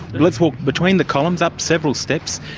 let's walk between the columns, up several steps,